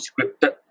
scripted